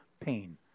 Pain